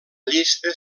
llista